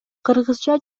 кыргызча